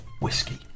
Whiskey